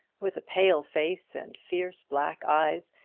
with a pale face and fierce black eyes,